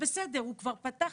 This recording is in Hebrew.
בסדר, אבל זה כבר נפתח.